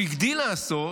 והוא הגדיל לעשות,